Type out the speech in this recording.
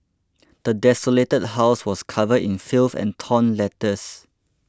the desolated house was covered in filth and torn letters